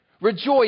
Rejoice